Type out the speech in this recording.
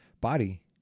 Body